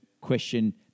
question